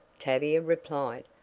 tavia replied,